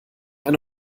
eine